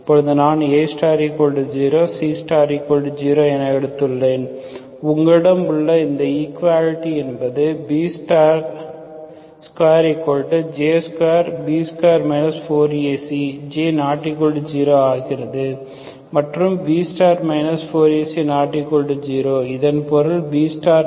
இப்போது நான் A0C0 என எடுத்துள்ளேன் உங்களிடம் உள்ள இந்த ஈகுவாலிட்டி என்பது B2J2 J≠0 ஆகிறது மற்றும்B2 4AC≠0 இதன் பொருள் B≠0